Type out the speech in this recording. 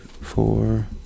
four